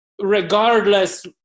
regardless